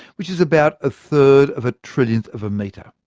which is about a third of a trillionth of a metre.